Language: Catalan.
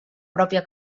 pròpia